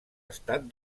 estat